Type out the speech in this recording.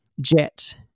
jet